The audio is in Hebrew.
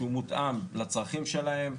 מותאם לצרכים שלהם.